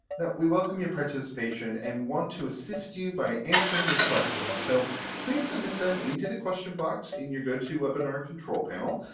that we welcome your participation and want to assist you by answering your questions, so please submit them into the question box in your gotowebinar control panel.